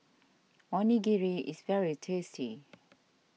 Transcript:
Onigiri is very tasty